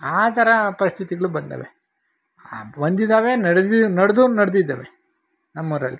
ಆ ಥರ ಪರಿಸ್ಥಿತಿಗಳು ಬಂದವೆ ಬಂದಿದ್ದಾವೆ ನಡೆದು ನಡೆದು ನಡೆದಿದ್ದಾವೆ ನಮ್ಮ ಊರಲ್ಲಿ